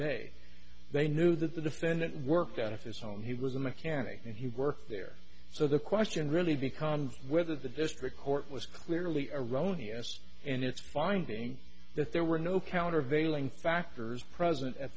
day they knew that the defendant worked out of his home he was a mechanic and he worked there so the question really becomes whether the district court was clearly erroneous and it's finding that there were no countervailing factors present at